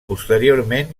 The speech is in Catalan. posteriorment